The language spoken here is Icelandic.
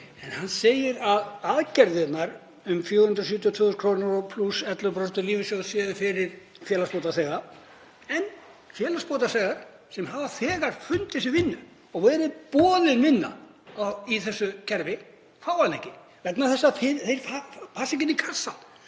Hann segir að aðgerðirnar, 472.000 kr. plús 11% í lífeyrissjóð, séu fyrir félagsbótaþega. En félagsbótaþegar sem hafa þegar fundið sér vinnu eða verið boðin vinna í þessu kerfi fá hana ekki vegna þess að þeir passa ekki inn í kassann.